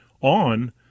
on